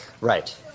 Right